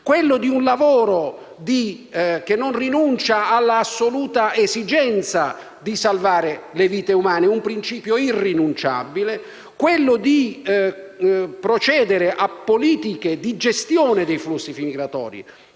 quello di un lavoro che non rinuncia all'assoluta esigenza di salvare le vite umane, un principio irrinunciabile, quello di procedere a politiche di gestione dei flussi migratori